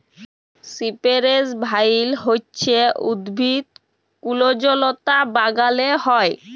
সিপেরেস ভাইল হছে উদ্ভিদ কুল্জলতা বাগালে হ্যয়